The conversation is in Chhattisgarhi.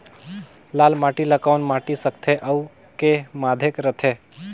लाल माटी ला कौन माटी सकथे अउ के माधेक राथे?